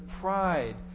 pride